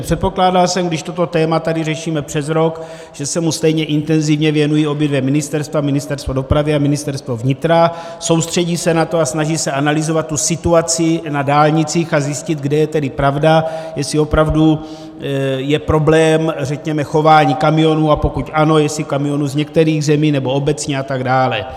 Předpokládal jsem, že když toto téma tady řešíme přes rok, že se mu stejně intenzivně věnují obě dvě ministerstva Ministerstvo dopravy a Ministerstvo vnitra soustředí se na to a snaží se analyzovat tu situaci na dálnicích a zjistit, kde je tedy pravda, jestli opravdu je problém, řekněme chování kamionů, a pokud ano, jestli kamionů z některých zemí nebo obecně atd.